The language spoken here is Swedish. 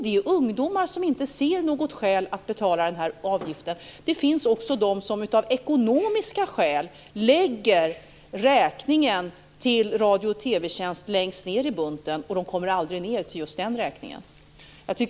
Det är ungdomar som inte ser något skäl att betala avgiften. Det finns också de som av ekonomiska skäl lägger räkningen till Radiotjänst längst ned i bunten, och de kommer aldrig ned till just den räkningen.